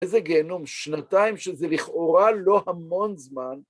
איזה גיהנום, שנתיים שזה לכאורה לא המון זמן.